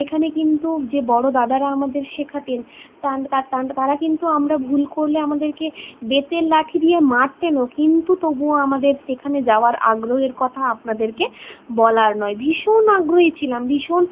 সেখানে কিন্তু যে বড় দাদারা আমাদের শেখাতেন তারা কিন্তু আমরা ভুল করলে আমাদের বেতের লাঠি দিয়ে মারতেনও কিন্তু তবুও আমাদের সেখানে যাওয়ার আগ্রহের কথা আপনাদেরকে বলার নয় ভীষন আগ্রহী ছিলাম ভীষণ